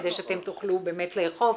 כדי שתוכלו לאכוף.